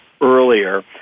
earlier